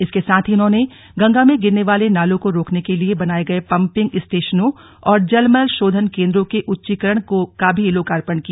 इसके साथ ही उन्होंने गंगा में गिरने वाले नालों को रोकने के लिए बनाए गए पंपिंग स्टेशनो और जलमल शोधन केन्द्रों के उच्चीकरण का भी लोकार्पण किया